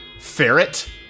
ferret